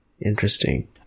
Interesting